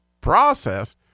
process